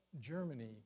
Germany